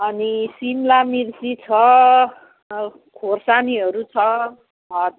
अनि सिमला मिर्ची छ खोर्सानीहरू छ ह